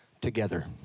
together